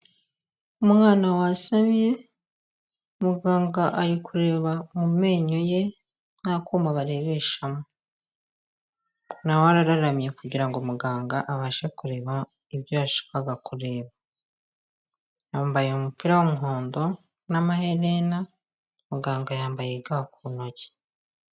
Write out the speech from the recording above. Umwana wasamye muganga ari kureba mu menyo ye n'akuma barebeshamo, na we arararamye kugira ngo abashe kureba ibyo yashakaga kureba, yambaye umupira w'umuhondo n'amaherena, muganga yambaye ga ku ntoki.